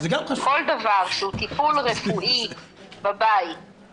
כל דבר שהוא טיפול רפואי בבית,